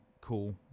cool